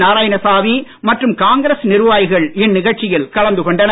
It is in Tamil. நாராயணசாமி மற்றும் காங்கிரஸ் நிர்வாகிகள் இந்நிகழ்ச்சியில் கலந்து கொண்டனர்